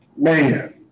Man